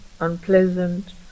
unpleasant